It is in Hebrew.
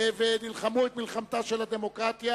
ונלחמו את מלחמתה של הדמוקרטיה.